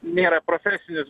nėra profesinis